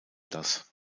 das